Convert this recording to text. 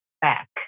back